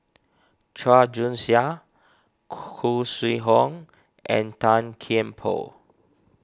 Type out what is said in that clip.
Chua Joon Siang Khoo Sui Hoe and Tan Kian Por